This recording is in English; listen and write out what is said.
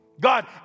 God